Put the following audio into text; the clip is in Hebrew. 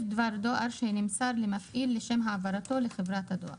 דבר דואר שנמסר למפעיל לשם העברתו לחברתה דואר